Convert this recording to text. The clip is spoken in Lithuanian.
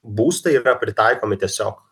būstai yra pritaikomi tiesiog